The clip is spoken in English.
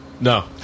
No